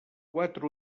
quatre